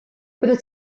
byddet